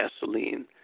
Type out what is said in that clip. gasoline